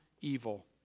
evil